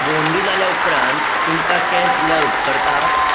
भोंवंडी जाल्या उपरांत तुमकां कॅश दिल्यार उपकरता